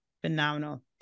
Phenomenal